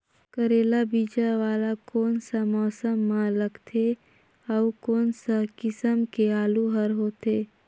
करेला बीजा वाला कोन सा मौसम म लगथे अउ कोन सा किसम के आलू हर होथे?